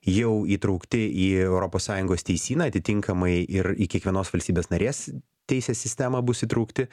jau įtraukti į europos sąjungos teisyną atitinkamai ir į kiekvienos valstybės narės teisės sistemą bus įtraukti